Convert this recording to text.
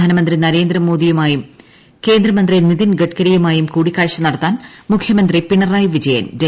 പ്രധാനമന്ത്രി നരേന്ദ്രമോദിയുമായും കേന്ദ്രമന്തി നിതിൻഗഡ്കരിയുമായും കൂടിക്കാഴ്ച നടത്താൻ മുഖ്യമന്ത്രി പിണറായി വിജയൻ ഡൽഹിയിലെത്തി